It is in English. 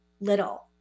little